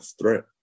threat